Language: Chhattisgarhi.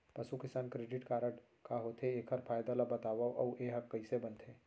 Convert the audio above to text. पसु किसान क्रेडिट कारड का होथे, एखर फायदा ला बतावव अऊ एहा कइसे बनथे?